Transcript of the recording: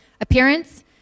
Appearance